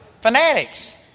fanatics